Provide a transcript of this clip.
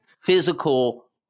physical